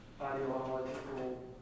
ideological